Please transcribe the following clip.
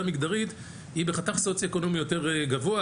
מגדרית היא בחתך סוציו-אקונומי יותר גבוה.